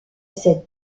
cette